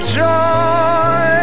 joy